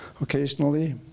occasionally